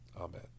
Amen